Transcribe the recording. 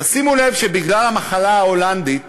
תשימו לב שבגלל המחלה ההולנדית